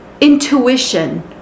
intuition